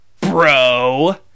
bro